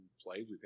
play